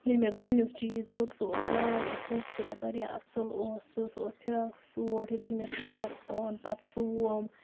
ییٚلہِ مےٚ گۄڈٕنیُک چیٖز ہیوٚت سُہ اوس واریاہ خوٗبصوٗرت واریاہ اَصٕل اوس سُہ سُہ اوس فِراک سوٗٹ یُتھُے مےٚ سُہ تورٕ اوٚن پَتہٕ سُوُم